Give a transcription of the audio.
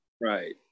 Right